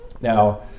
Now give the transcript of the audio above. Now